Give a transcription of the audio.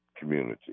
community